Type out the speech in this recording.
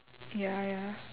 ya ya